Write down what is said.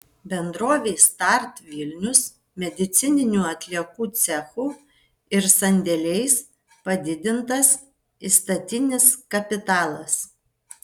bendrovei start vilnius medicininių atliekų cechu ir sandėliais padidintas įstatinis kapitalas